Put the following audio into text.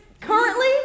currently